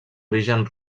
origen